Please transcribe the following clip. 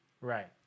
right